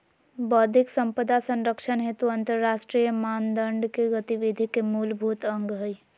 बौद्धिक संपदा संरक्षण हेतु अंतरराष्ट्रीय मानदंड के गतिविधि के मूलभूत अंग हइ